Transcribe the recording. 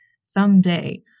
someday